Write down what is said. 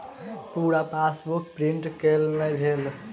पूरा passbook print केल नहि भेल